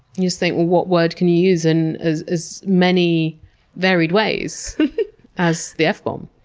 you just think, well, what word can you use in as as many varied ways as the f bomb?